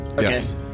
Yes